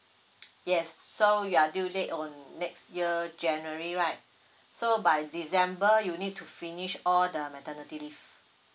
yes so you are due date on next year january right so by december you need to finish all the maternity leave